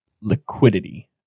liquidity